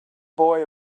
boy